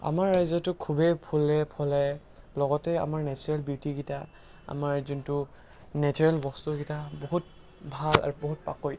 আমাৰ ৰাজ্যটো খুবেই ফুলে ফলে লগতে আমাৰ নেচাৰেল বিউটীকেইটা আমাৰ যোনটো নেচাৰেল বস্তুকেইটা বহুত ভাল আৰু বহুত পাকৈত